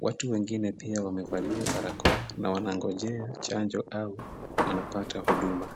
Watu wengine pia wamevalia barakoa na wanangojea chanjo au wanapata huduma.